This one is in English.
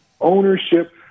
ownership